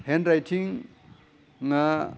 hand राइथिंआ